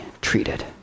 treated